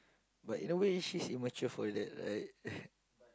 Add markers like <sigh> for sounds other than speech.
but in a way she's immature for that right <breath>